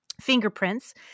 Fingerprints